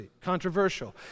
controversial